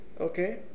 okay